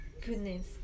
goodness